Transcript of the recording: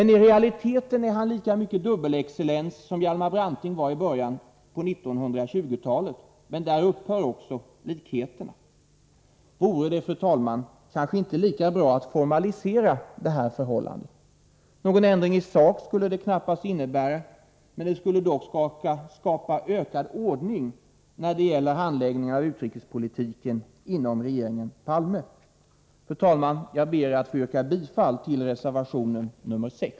I realiteten är han dock lika mycket ”dubbelexcellens” som Hjalmar Branting var i början av 1920-talet — men där upphör också likheterna. Vore det inte lika bra att formalisera detta förhållande? Någon ändring i sak skulle det knappast innebära, men det skulle skapa ökad ordning när det gäller handläggningen av utrikespolitiken inom regeringen Palme. Fru talman! Jag ber att få yrka bifall till reservationen 6.